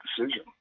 decision